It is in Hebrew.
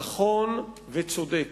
נכון וצודק